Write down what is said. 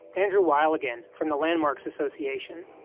andrew weil again, from the landmarks association.